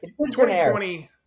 2020